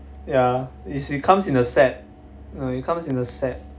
ya is it comes in a set it comes in a set